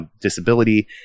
disability